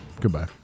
Goodbye